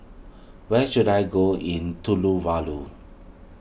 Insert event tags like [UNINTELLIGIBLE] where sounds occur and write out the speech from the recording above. where should I go in [UNINTELLIGIBLE]